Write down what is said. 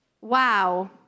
Wow